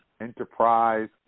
Enterprise